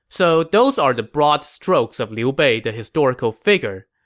so those are the broad strokes of liu bei the historical figure,